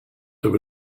there